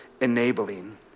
enabling